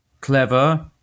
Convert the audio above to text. clever